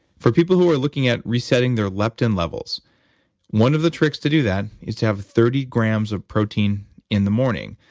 for people who are looking at resetting their leptin levels one of the tricks to do that is to have thirty grams of protein in the morning.